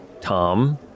Tom